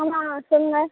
ஆமாம் சொல்லுங்கள்